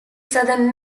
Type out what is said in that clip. southern